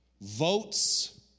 votes